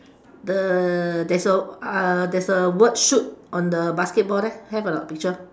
the there's a uh there's a word shoot on the basketball there have or not picture